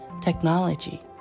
technology